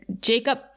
Jacob